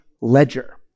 ledger